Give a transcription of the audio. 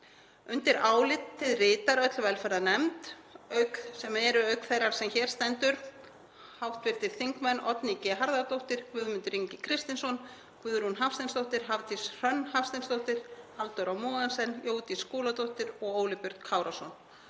Undir álitið ritar öll velferðarnefnd, sem eru, auk þeirrar sem hér stendur, hv. þingmenn Oddný G. Harðardóttir, Guðmundur Ingi Kristinsson, Guðrún Hafsteinsdóttir, Hafdís Hrönn Hafsteinsdóttir, Halldóra Mogensen, Jódís Skúladóttir og Óli Björn Kárason.